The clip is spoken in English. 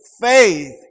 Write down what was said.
Faith